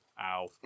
Ow